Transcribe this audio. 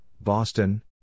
Boston